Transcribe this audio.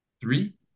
Three